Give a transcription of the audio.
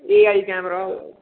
A I camera ओह्दा